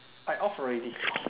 I off already